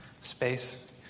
space